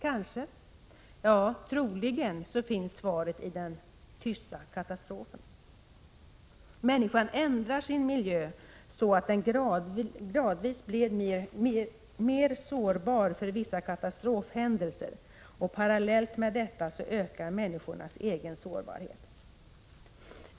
Kanske — ja, troligen — finns svaret i den tysta katastrofen. Människan ändrar sin miljö så att den gradvis blir mer sårbar för vissa katastrofhändelser, och parallellt med detta ökar människornas egen sårbarhet.